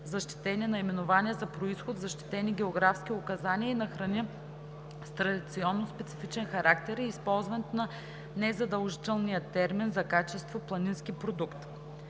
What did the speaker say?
защитени наименования за произход, защитени географски указания и на храни с традиционно специфичен характер и използването на незадължителния термин за качество „планински продукт“.“